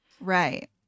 right